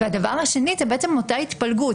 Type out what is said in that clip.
הדבר השני הוא אותה ההתפלגות.